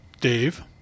Dave